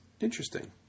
interesting